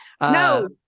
No